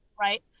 Right